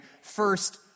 First